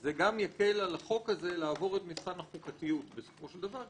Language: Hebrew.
זה גם יקל על החוק הזה לעבור את מבחן החוקתיות בסופו של דבר,